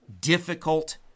difficult